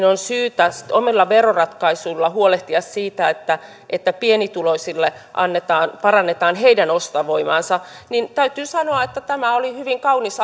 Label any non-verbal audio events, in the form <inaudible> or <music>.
<unintelligible> on syytä sitten omilla veroratkaisuilla huolehtia siitä että että pienituloisille annetaan ja parannetaan heidän ostovoimaansa täytyy sanoa että tämä oli hyvin kaunis <unintelligible>